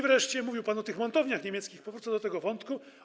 Wreszcie mówił pan o tych montowniach niemieckich, powrócę do tego wątku.